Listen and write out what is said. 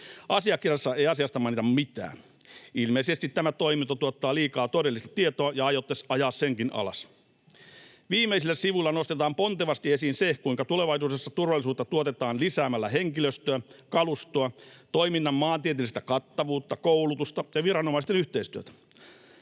Asiakirjassa ei asiasta mainita mitään. Ilmeisesti tämä toiminto tuottaa liikaa todellista tietoa ja aiotte ajaa senkin alas. Viimeisillä sivuilla nostetaan pontevasti esiin se, kuinka tulevaisuudessa turvallisuutta tuotetaan lisäämällä henkilöstöä, kalustoa, toiminnan maantieteellistä kattavuutta, koulutusta ja viranomaisten yhteistyötä.